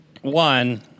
one